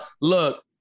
look